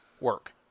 work